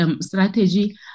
strategy